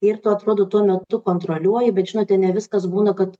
ir tu atrodo tuo metu kontroliuoji bet žinote ne viskas būna kad